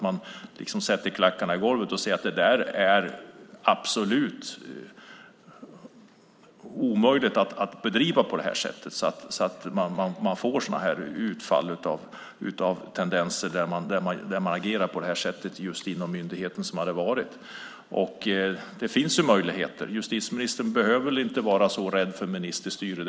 Man måste sätta klackarna i golvet och säga att det är absolut omöjligt att bedriva verksamheten på det här sättet så att man får sådana här utfall av tendenser där man agerar på det här sättet inom myndigheten. Det finns ju möjligheter. Justitieministern behöver väl inte vara så rädd för ministerstyre.